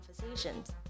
conversations